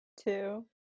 two